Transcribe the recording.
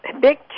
big